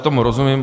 Tomu rozumím.